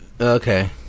Okay